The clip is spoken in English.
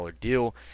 deal